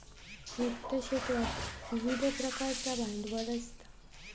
वित्त क्षेत्रात विविध प्रकारचा भांडवल असता